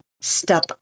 step